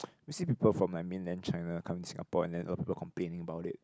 ppo you see people from like Mainland China coming to Singapore and then a people complaining about it